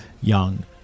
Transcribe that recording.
young